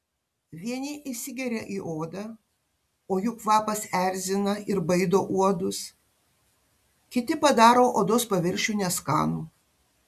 vieni įsigeria į odą o jų kvapas erzina ir baido uodus kiti padaro odos paviršių neskanų